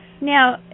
Now